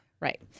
Right